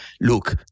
Look